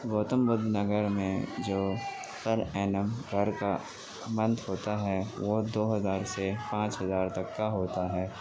گوتم بدھ نگر میں جو per annum گھر کا منتھ ہوتا ہے وہ دو ہزار سے پانچ ہزار تک کا ہوتا ہے